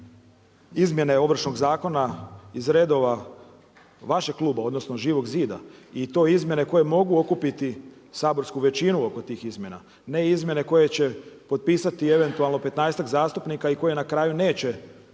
izmjene ovršnog zakona iz redova vašeg kluba odnosno Živog zida i to izmjene koje mogu okupiti saborsku većinu oko tih izmjena. Ne izmjene koje će potpisati eventualno 15-tak zastupnika i koje na kraju neće